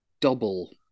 double